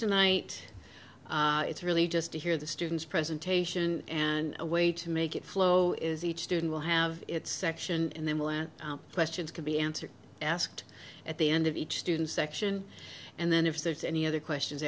tonight it's really just to hear the students presentation and a way to make it flow is each student will have its section and they will ask questions can be answered asked at the end of each student section and then if there's any other questions